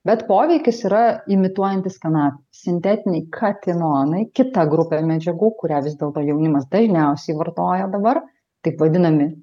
bet poveikis yra imituojantis kanapes sintetiniai katinonai kita grupė medžiagų kurią vis dėlto jaunimas dažniausiai vartoja dabar taip vadinami